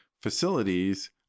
facilities